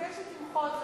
אני מבקשת למחות.